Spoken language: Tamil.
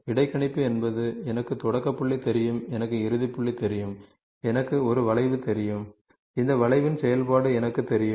இடைக்கணிப்பு என்பது எனக்கு தொடக்க புள்ளி தெரியும் எனக்கு இறுதி புள்ளி தெரியும் எனக்கு ஒரு வளைவு தெரியும் இந்த வளைவின் செயல்பாடு எனக்குத் தெரியும்